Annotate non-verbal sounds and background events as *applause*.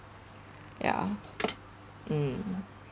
ya *noise* mm